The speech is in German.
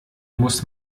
muss